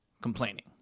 complaining